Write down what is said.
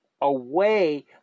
away